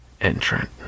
entrant